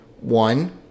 one